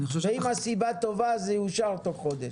ואם הסיבה טובה זה יאושר תוך חודש.